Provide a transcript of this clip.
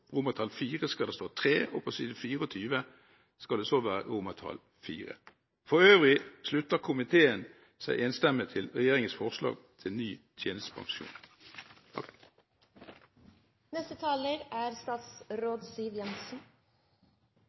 romertall. Der det står IV, skal det stå III, og på side 24 skal det så stå IV. For øvrig slutter komiteen seg enstemmig til regjeringens forslag til lov om tjenestepensjon.